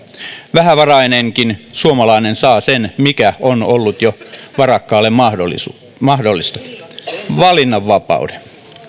vähävarainenkin suomalainen saa sen mikä on ollut jo varakkaalle mahdollista valinnanvapauden